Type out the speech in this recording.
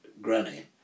granny